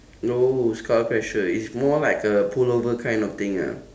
no skull crusher is more like a pull over kind of thing ah